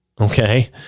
okay